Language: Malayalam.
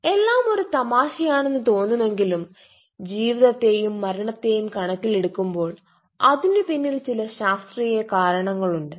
എല്ലാം ഒരു തമാശയാണെന്ന് തോന്നുമെങ്കിലും ജീവിതത്തെയും മരണത്തെയും കണക്കിലെടുക്കുമ്പോൾ അതിനു പിന്നിൽ ചില ശാസ്ത്രീയ കാരണങ്ങളുണ്ട്